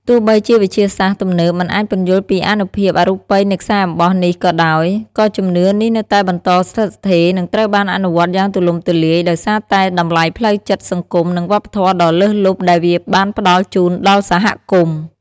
ទោះបីជាវិទ្យាសាស្ត្រទំនើបមិនអាចពន្យល់ពីអានុភាពអរូបីនៃខ្សែអំបោះនេះក៏ដោយ ក៏ជំនឿនេះនៅតែបន្តស្ថិតស្ថេរ និងត្រូវបានអនុវត្តន៍យ៉ាងទូលំទូលាយ ដោយសារតែតម្លៃផ្លូវចិត្ត សង្គម និងវប្បធម៌ដ៏លើសលប់ដែលវាបានផ្តល់ជូនដល់សហគមន៍។